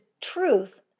truth